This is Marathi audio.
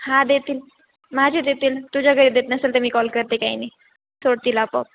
हा देतील माझी देतील तुझ्या घरी देत नसेल तर मी कॉल करते काही नाही सोडतील आपोआप